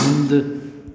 हंधि